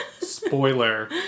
Spoiler